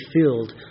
filled